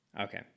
Okay